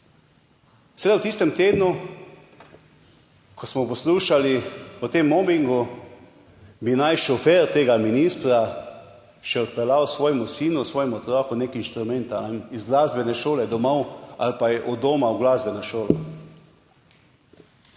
Seveda v tistem tednu, ko smo poslušali o tem mobingu, bi naj šofer tega ministra še odpeljal svojemu sinu, svojemu otroku nek inštrument iz glasbene šole domov ali pa je od doma v glasbeno šolo.